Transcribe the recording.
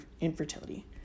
infertility